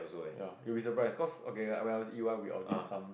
ya you'll be surprised cause okay when I was in E_Y we audit some